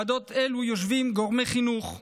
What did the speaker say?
בוועדות אלה יושבים גורמי חינוך,